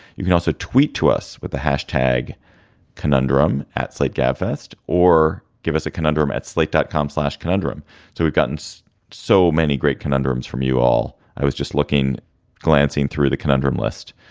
you can also tweet to us with the hashtag conundrum at slate gabfest or give us a conundrum at slate dot com. slash conundrum to we've gotten so so many great conundrums from you all. i was just looking glancing through the conundrum list.